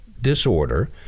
disorder